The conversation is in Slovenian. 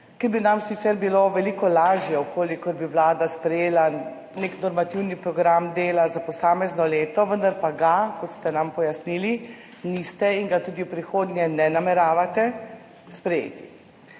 kar bi nam sicer bilo veliko lažje, če bi vlada sprejela nek normativni program dela za posamezno leto, vendar pa ga, kot ste nam pojasnili, niste in ga tudi v prihodnje ne nameravate sprejeti.